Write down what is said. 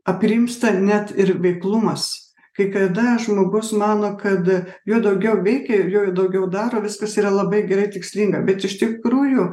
aprimsta net ir veiklumas kai kada žmogus mano kad juo daugiau veikia juo daugiau daro viskas yra labai gerai tikslinga bet iš tikrųjų